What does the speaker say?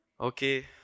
Okay